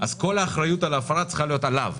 אז כל האחריות על ההפרה צריכה להיות עליו.